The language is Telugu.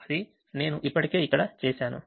అది నేను ఇప్పటికే ఇక్కడ చేశాను